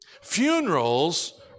Funerals